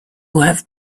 have